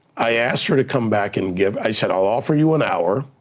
i ask her to come back and give, i said, i'll offer you an hour,